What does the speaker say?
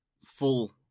full